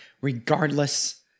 regardless